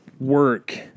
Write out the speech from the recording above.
work